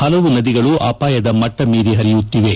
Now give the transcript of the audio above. ಪಲವು ನದಿಗಳು ಅಪಾಯದ ಮಟ್ಟ ಮೀರಿ ಹರಿಯುತ್ತಿವೆ